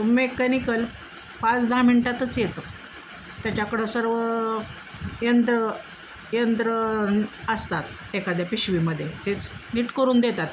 mechanical पाच दहा मिनटातच येतो त्याच्याकडं सर्व यंत्र यंत्र असतात एखाद्या पिशवीमध्ये तेच नीट करून देतात ते